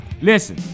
listen